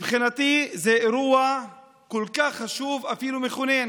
מבחינתי זה אירוע כל כך חשוב, אפילו מכונן,